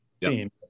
team